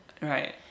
Right